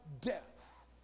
death